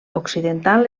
occidental